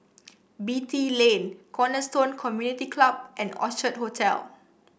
Beatty Lane Cornerstone Community Club and Orchard Hotel